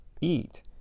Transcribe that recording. eat